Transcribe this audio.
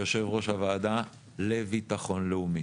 כיושב ראש הוועדה לביטחון לאומי.